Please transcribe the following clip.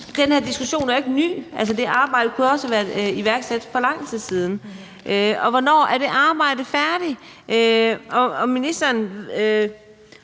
Den her diskussion er jo ikke ny. Det arbejde kunne jo også have været iværksat for lang tid siden. Og hvornår er det arbejde færdigt? Ministeren